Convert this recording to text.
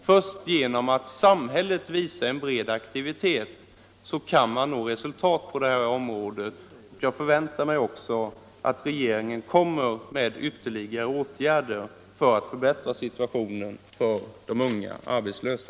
Först genom att samhället visar en bred aktivitet kan man nå resultat på detta område. Jag förväntar mig också att regeringen vidtar ytterligare åtgärder för att förbättra situationen för de unga arbetslösa.